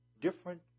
different